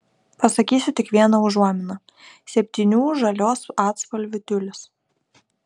pasakysiu tik vieną užuominą septynių žalios atspalvių tiulis